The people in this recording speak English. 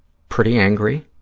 pretty angry,